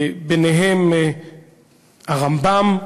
ביניהם הרמב"ם,